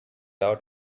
out